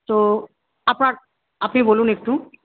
তো আপনার আপনি বলুন একটু